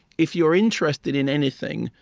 if you're interested in anything,